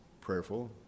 prayerful